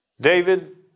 David